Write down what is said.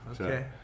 okay